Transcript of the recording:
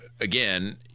again